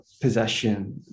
possession